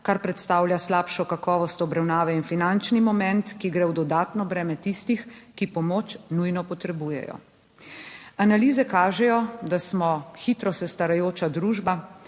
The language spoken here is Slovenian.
kar predstavlja slabšo kakovost obravnave in finančni moment, ki gre v dodatno breme tistih, ki pomoč nujno potrebujejo. Analize kažejo, da smo hitro se starajoča družba.